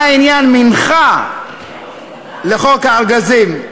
מה עניין מנחה לחוק הארגזים?